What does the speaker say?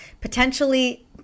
potentially